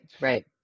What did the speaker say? Right